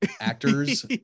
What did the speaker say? actors